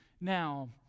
Now